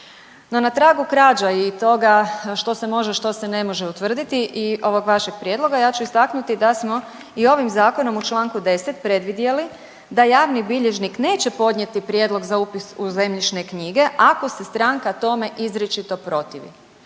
na tragu krađa i toga što se može, što se ne može utvrditi i ovog vašeg prijedloga ja ću istaknuti da smo i ovim zakonom u čl. 10. predvidjeli da javni bilježnik neće podnijeti prijedlog za upis u zemljišne knjige ako se stranaka tome izričito protivi.